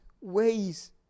ways